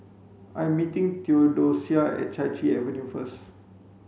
I meeting Theodocia at Chai Chee Avenue first